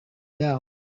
down